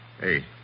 Hey